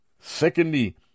Secondly